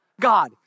God